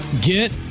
Get